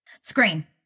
Scream